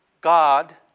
God